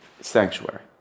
Sanctuary